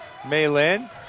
Maylin